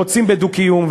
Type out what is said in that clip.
רוצים בדו-קיום,